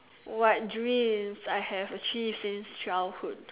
what dreams I have achieved since childhood